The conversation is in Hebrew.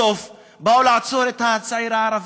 בסוף באו לעצור את הצעיר הערבי.